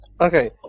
okay